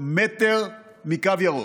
מטר מהקו הירוק.